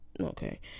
okay